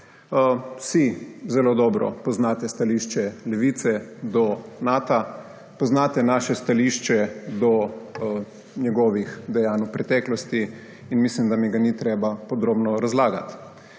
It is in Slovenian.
Vsi zelo dobro poznate stališče Levice do Nata. Poznate naše stališče do njegovih dejanj v preteklosti. In mislim, da mi ga ni treba podrobno razlagati.